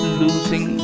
losing